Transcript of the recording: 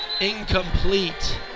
Incomplete